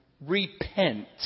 repent